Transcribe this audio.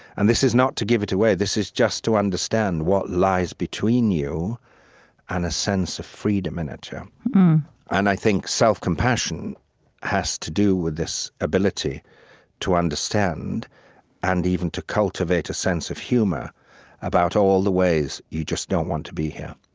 and this is not to give it away. this is just to understand what lies between you and a sense of freedom in it yeah and i think self-compassion has to do with this ability to understand and even to cultivate a sense of humor about all the ways you just don't want to be here.